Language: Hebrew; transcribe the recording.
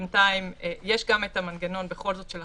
בינתיים יש גם את המנגנון של החריגים,